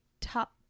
top